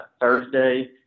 Thursday